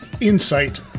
insight